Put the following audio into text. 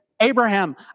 Abraham